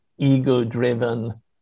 ego-driven